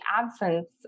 absence